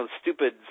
stupid